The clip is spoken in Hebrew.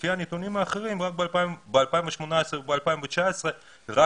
לפי הנתונים האחרים בשנת 2018 הגיעו